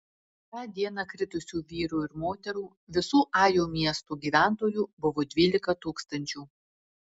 tą dieną kritusių vyrų ir moterų visų ajo miesto gyventojų buvo dvylika tūkstančių